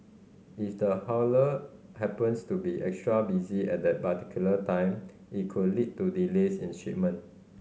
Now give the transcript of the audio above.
if the haulier happens to be extra busy at that particular time it could lead to delays in shipment